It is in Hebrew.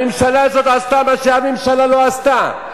הממשלה הזאת עשתה מה שאף ממשלה לא עשתה,